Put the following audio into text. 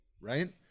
right